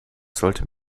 sollte